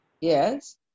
Yes